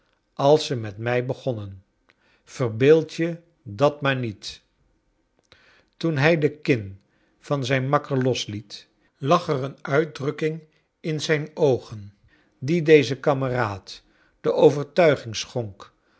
als ze met mij begonnen verbeeld je dat maar niet t oen hij de kin van zij n makker losliet lag er een uitdrukking in zijn oogen die dezen kameraad de overtuiging schonk